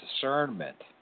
discernment